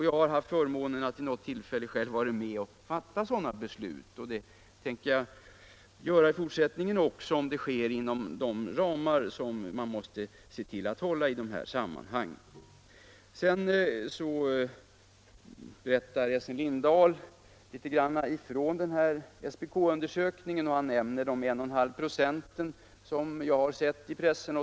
Jag har haft förmånen att vid något tillfälle själv vara med om att fatta sådana beslut, och det tänker jag göra i fortsättningen också, om det sker inom de ramar som man måste hålla sig inom i de här sammanhangen. Essen Lindahl berättade litet om SPK-undersökningen och nämnde de 11/2 96 som jag har läst om i pressen.